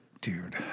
dude